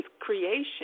creation